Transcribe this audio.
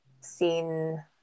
Seen